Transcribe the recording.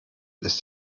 ist